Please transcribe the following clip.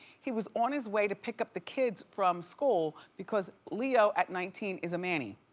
he was on his way to pick up the kids from school because leo at nineteen is a manny.